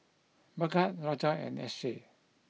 Bhagat Raja and Akshay